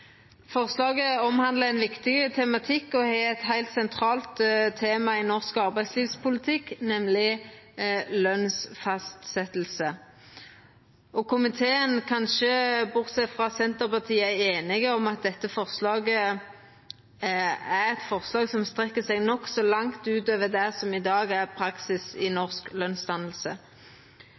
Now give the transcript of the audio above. Forslaget omhandlar ein viktig tematikk og eit heilt sentralt tema i norsk arbeidslivspolitikk, nemleg lønsfastjing. Komiteen, kanskje bortsett frå Senterpartiet, er einig om at dette forslaget strekkjer seg nokså langt utover det som i dag er praksis i norsk